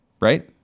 Right